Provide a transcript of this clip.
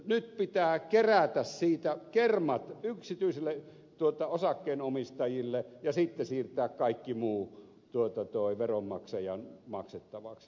nyt pitää kerätä kermat yksityisille osakkeenomistajille ja sitten siirtää kaikki muu veronmaksajien maksettavaksi